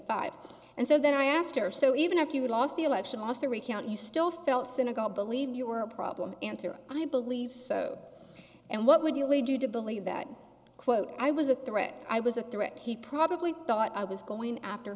five and so then i asked her so even if you lost the election lost the recount you still felt synagogue believe you were a problem i believe and what would you lead you to believe that quote i was a threat i was a threat he probably thought i was going after